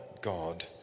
God